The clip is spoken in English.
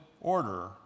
order